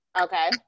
Okay